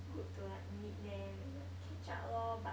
good to like meet them and like catch up lor but